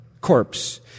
corpse